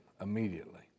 immediately